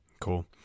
Cool